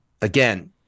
Again